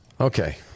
Okay